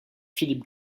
philip